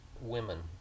women